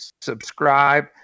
subscribe